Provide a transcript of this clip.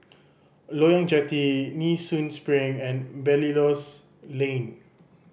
Loyang Jetty Nee Soon Spring and Belilios Lane